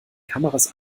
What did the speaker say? kameras